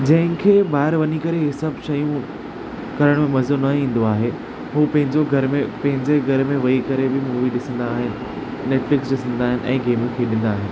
जंहिंखें ॿाहिरि वञी करे इहे सभु शयूं करण में मज़ो न ईंदो आहे हू पंहिंजो घर में पंहिंजे घर में वेही करे बि मूवी ॾिसंदा आहिनि नेटफ्लिक्स ॾिसंदा आहिनि ऐं गेमियूं खेॾींदा आहिनि